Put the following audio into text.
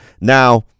Now